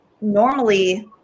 normally